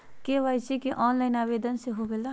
KYC online आवेदन से होवे ला?